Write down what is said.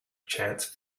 chance